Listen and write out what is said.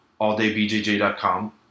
alldaybjj.com